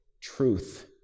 truth